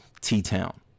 T-Town